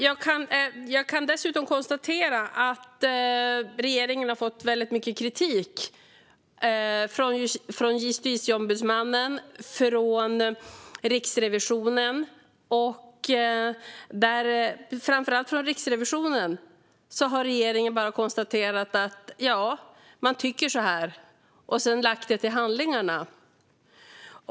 Jag kan dessutom konstatera att regeringen har fått väldigt mycket kritik från Justitieombudsmannen och från Riksrevisionen. Men framför allt när det gäller Riksrevisionen har regeringen bara konstaterat att ja, så tycker Riksrevisionen, och så har man lagt kritiken till handlingarna.